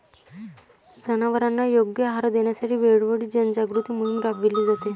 जनावरांना योग्य आहार देण्यासाठी वेळोवेळी जनजागृती मोहीम राबविली जाते